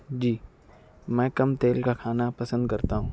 جی میں کم تیل کا کھانا پسند کرتا ہوں